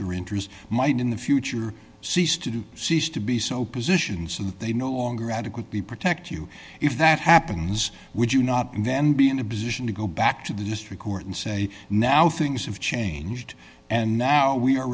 your interests might in the future cease to cease to be so positions that they no longer adequately protect you if that happens would you not and then be in a position to go back to the district court and say now things have changed and now we are